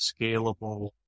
scalable